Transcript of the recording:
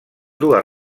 dues